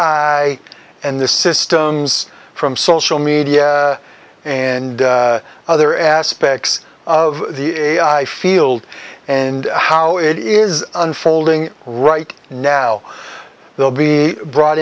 i and the systems from social media and other aspects of the ai field and how it is unfolding right now they'll be brought